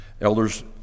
Elders